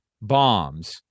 bombs